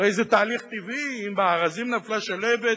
הרי זה תהליך טבעי: אם בארזים נפלה שלהבת,